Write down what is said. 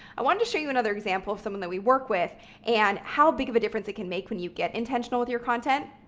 i wanted to show you another example of someone that we work with and how big of a difference it can make when you get intentional with your content.